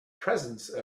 presence